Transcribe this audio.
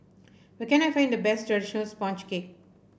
where can I find the best traditional sponge cake